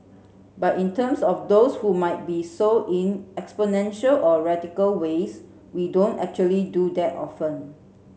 but in terms of those who might be so in exponential or radical ways we don't actually do that often